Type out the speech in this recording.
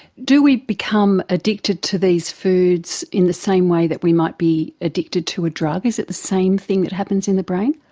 do we become addicted to these foods in the same way that we might be addicted to a drug? is it the same thing that happens in the brain?